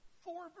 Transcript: four